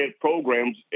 programs